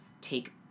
take